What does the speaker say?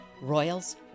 Royals